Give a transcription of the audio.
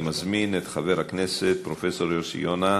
אני מזמין את חבר הכנסת פרופסור יוסי יונה.